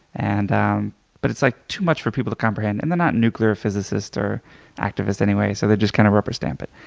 and um but it's like too much for people to comprehend and they're not nuclear physicists or activist anyway, so they just kind of rubber stamp it.